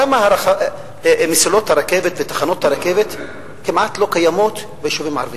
למה מסילות הרכבת ותחנות הרכבת כמעט לא קיימות ביישובים הערביים?